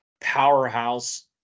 powerhouse